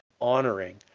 honoring